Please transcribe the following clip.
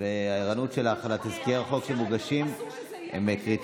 הערנות שלך לתזכירי החוק שמוגשים היא קריטית.